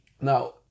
Now